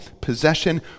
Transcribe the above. possession